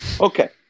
Okay